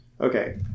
Okay